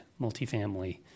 multifamily